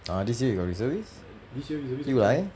ah this year you got reservist 又来